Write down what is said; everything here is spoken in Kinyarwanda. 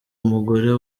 umugore